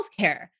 healthcare